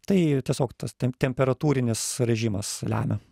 tai tiesiog tas ten temperatūrinis režimas lemia